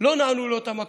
לא נענו לאותן הקלות.